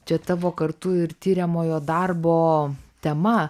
čia tavo kartu ir tiriamojo darbo tema